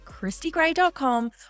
christygray.com